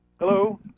hello